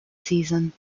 season